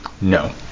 No